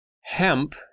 hemp